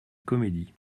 comédie